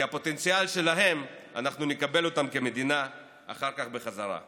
כי את הפוטנציאל שלהם אנחנו נקבל אחר כך בחזרה כמדינה.